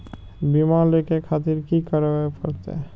बीमा लेके खातिर की करें परतें?